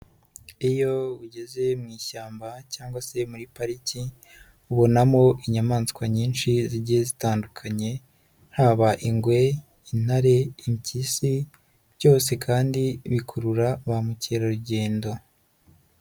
Iyo ugeze mu ishyamba cyangwa se muri pariki, ubonamo inyamaswa nyinshi zigiye zitandukanye, haba ingwe, intare, impyisi byose kandi bikurura ba mukerarugendo.